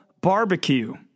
barbecue